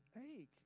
ache